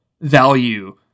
value